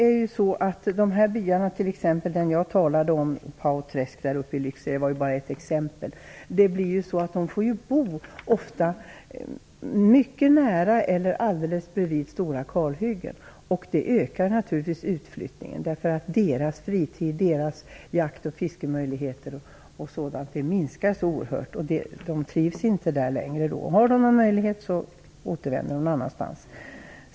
I byarna - den by utanför Lycksele som jag talade om var bara ett exempel - blir resultatet att människorna ofta får bo mycket nära eller alldeles intill stora kalhyggen. Det ökar naturligtvis utflyttningen, därför att deras fritid, jakt och fiskemöjligheter etc. minskar så oerhört, vilket gör att de inte längre trivs. Om de då har någon möjlighet så flyttar de någon annanstans.